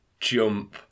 jump